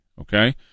okay